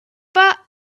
pas